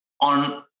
on